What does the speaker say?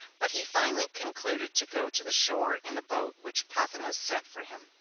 but he finally concluded to go to the shore in the boat which pothinus sent for him.